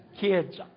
Kids